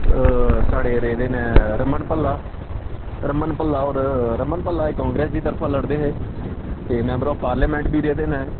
साढ़े रेह्दे न रमन भल्ला रमन भल्ला होर रमन भल्ला एह् कांग्रेस दी तरफा लड़दे हे ते मैबर ऑफ पार्लमेंट बी रेह्दे न